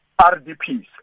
RDPs